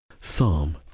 Psalm